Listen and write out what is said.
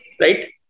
right